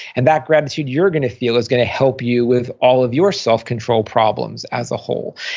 and that gratitude you're going to feel is going to help you with all of your self-control problems as a whole.